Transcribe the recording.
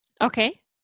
Okay